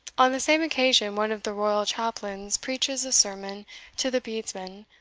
on the same occasion one of the royal chaplains preaches a sermon to the bedesmen,